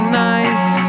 nice